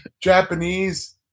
Japanese